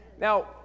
Now